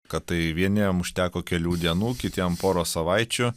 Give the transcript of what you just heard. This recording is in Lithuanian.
kad tai vieniem užteko kelių dienų kitiem poros savaičių